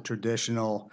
traditional